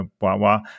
wah-wah